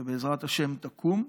ובעזרת השם היא תקום,